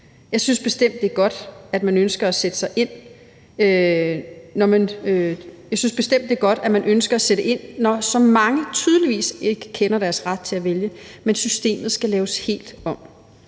Jeg synes bestemt, at det er godt, at man ønsker at sætte ind, når så mange tydeligvis ikke kender deres ret til at vælge, men systemet skal laves helt om.